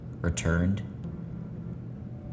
returned